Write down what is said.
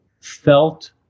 felt